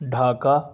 Dhaka